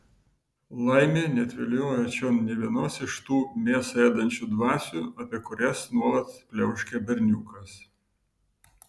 laimė neatviliojo čion nė vienos iš tų mėsą ėdančių dvasių apie kurias nuolat pliauškia berniukas